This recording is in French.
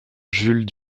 jules